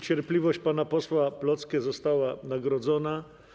Cierpliwość pana posła Plocke została nagrodzona.